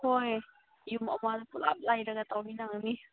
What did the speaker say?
ꯍꯣꯏ ꯌꯨꯝ ꯑꯃꯗ ꯄꯨꯂꯞ ꯂꯩꯔꯒ ꯇꯧꯃꯤꯟꯅꯒꯅꯤ